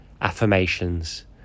affirmations